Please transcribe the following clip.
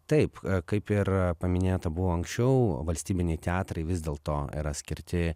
taip kaip ir paminėta buvo anksčiau valstybiniai teatrai vis dėlto yra skirti